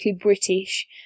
British